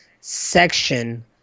section